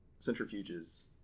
centrifuges